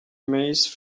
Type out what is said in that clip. maze